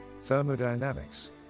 Thermodynamics